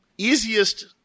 Easiest